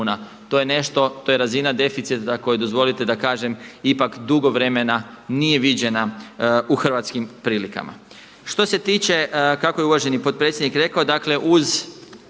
To je nešto, to je razina deficita, ako mi dozvolite da kažem, ipak dugo vremena nije viđena u Hrvatskim prilikama. Što se tiče kako je uvaženi potpredsjednik rekao, dakle uz